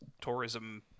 tourism